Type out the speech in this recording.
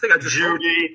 Judy